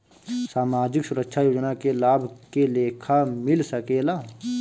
सामाजिक सुरक्षा योजना के लाभ के लेखा मिल सके ला?